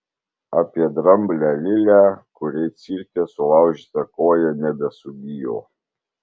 apie dramblę lilę kuriai cirke sulaužyta koja nebesugijo